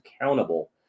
accountable